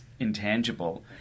Intangible